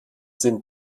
sind